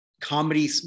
comedy